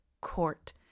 Court